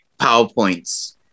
powerpoints